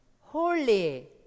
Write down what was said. holy